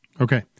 Okay